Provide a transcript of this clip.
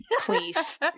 please